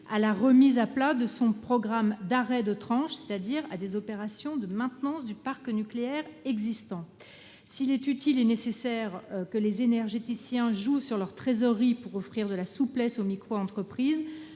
à la remise à plat de son programme d'arrêts de tranche, c'est-à-dire d'opérations de maintenance du parc nucléaire existant. S'il est utile et nécessaire que les énergéticiens jouent sur leur trésorerie pour offrir de la souplesse aux microentreprises,